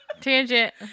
Tangent